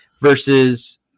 versus